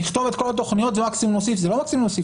נכתוב את כול התכניות ומקסימום נוסיף זה לא רק להוסיף,